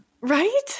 Right